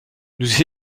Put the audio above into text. nous